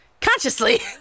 Consciously